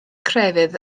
crefydd